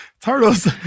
turtles